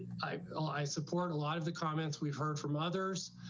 i, ah i support a lot of the comments. we've heard from others,